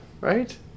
Right